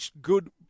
good